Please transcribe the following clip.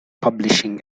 publishing